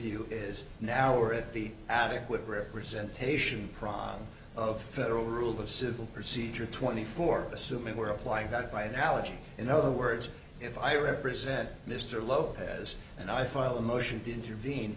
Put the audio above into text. you is now or at the adequate representation pran of federal rule of civil procedure twenty four assuming we're up like that by the allergy in other words if i represent mr lopez and i file a motion to intervene